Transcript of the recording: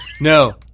No